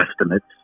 estimates